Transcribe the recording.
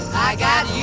i got